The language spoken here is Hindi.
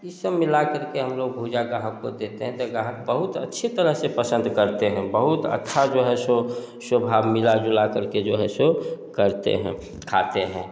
ये सब मिलाकर के हम लोग भुजा का हमको देते तो गाहक बहुत अच्छी तरह से पसंद करते हैं बहुत अच्छा जो है सो सोभा मिला जुला करके जो है सो करते हैं खाते हैं